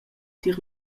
tier